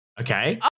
Okay